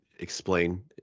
explain